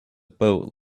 boat